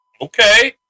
Okay